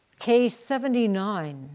K79